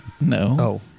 No